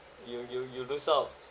you you you lose out